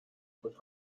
کتم